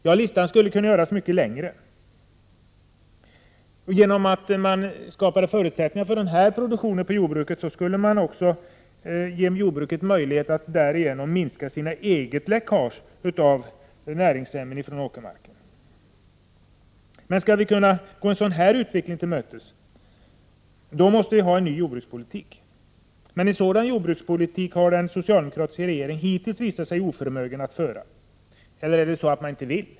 Ja, listan skulle kunna göras mycket längre. Genom att skapa förutsättningar för sådan produktion inom jordbruket skulle man också ge jordbruket möjligheter att minska läckaget på näringsämnen från åkermarken. Men skall vi kunna gå en sådan utveckling till mötes måste vi ha en ny jordbrukspolitik. En sådan jordbrukspolitik har den socialdemokratiska regeringen dock hittills visat sig vara oförmögen att föra. Eller, är det så att man inte vill?